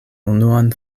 unuan